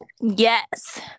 Yes